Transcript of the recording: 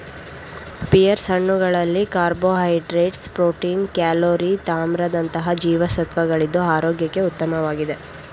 pears ಹಣ್ಣುಗಳಲ್ಲಿ carbohydrates, protein, calorie ತಾಮ್ರದಂತಹ ಜೀವಸತ್ವಗಳಿದ್ದು ಆರೋಗ್ಯಕ್ಕೆ ಉತ್ತಮವಾಗಿದೆ